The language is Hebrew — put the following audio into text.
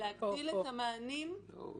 להגדיל את התקציבים